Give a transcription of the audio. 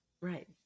right